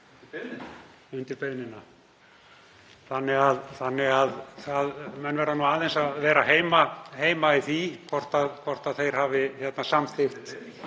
Undir beiðnina. Þannig að menn verða aðeins að vera heima í því hvort þeir hafi samþykkt